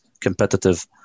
competitive